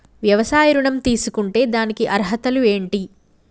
వ్యవసాయ ఋణం తీసుకుంటే దానికి అర్హతలు ఏంటి?